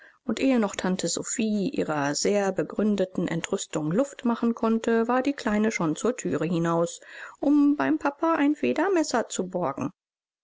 und ehe noch tante sophie ihrer sehr begründeten entrüstung luft machen konnte war die kleine schon zur thüre hinaus um beim papa ein federmesser zu borgen